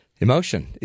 Emotion